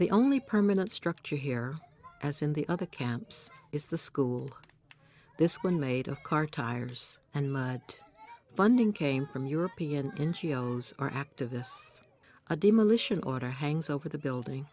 the only permanent structure here as in the other camps is the school this one made of car tires and my funding came from european n g o s are activists a demolition order hangs over the building